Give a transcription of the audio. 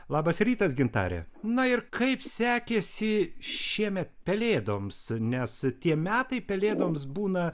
labas rytas gintare na ir kaip sekėsi šiemet pelėdoms nes tie metai pelėdoms būna